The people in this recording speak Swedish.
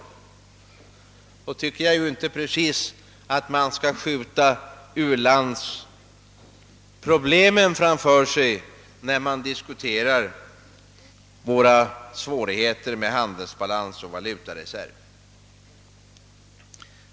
Då tycker jag inte att man skall skjuta just u-landsproblemen i förgrunden för att belysa svårigheterna med handelsbalans och valutareserv.